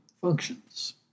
functions